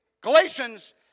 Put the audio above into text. Galatians